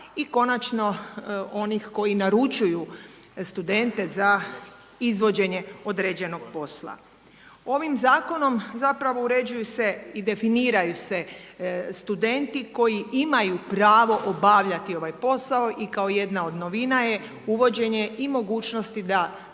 i konačno onih koji naručuju studente za izvođenje određenog posla. Ovim zakonom zapravo uređuju se i definiraju se studenti koji imaju pravo obavljati ovaj posao i kao jedna od novina je uvođenje i mogućnosti da